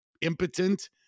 impotent